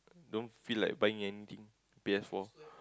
don't feel like buying anything P_S-four